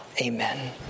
amen